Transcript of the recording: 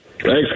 Thanks